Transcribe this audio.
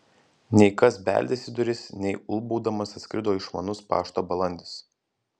nei kas beldėsi į duris nei ulbaudamas atskrido išmanus pašto balandis